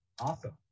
Awesome